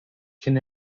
can